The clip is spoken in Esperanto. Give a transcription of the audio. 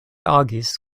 agis